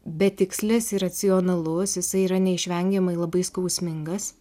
betikslis iracionalus jisai yra neišvengiamai labai skausmingas